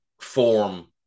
form